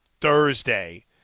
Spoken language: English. Thursday